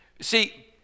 See